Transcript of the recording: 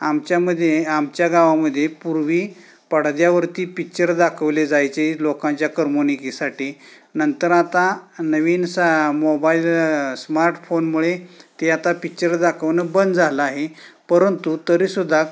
आमच्यामध्ये आमच्या गावामध्ये पूर्वी पडद्यावरती पिच्चर दाखवले जायचे लोकांच्या करमणुकीसाठी नंतर आता नवीन सा मोबाईल स्मार्टफोनमुळे ते आता पिच्चर दाखवणं बंद झालं आहे परंतु तरीसुद्धा